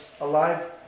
alive